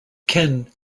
ken